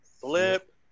Flip